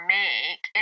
make